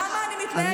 למה אני מתנהגת ככה?